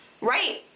right